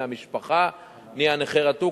מהמשפחה נהיה נכה רתוק,